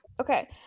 Okay